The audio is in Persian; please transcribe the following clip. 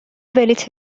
بلیط